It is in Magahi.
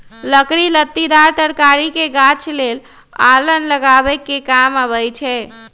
लकड़ी लत्तिदार तरकारी के गाछ लेल अलान लगाबे कें काम अबई छै